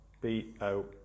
B-O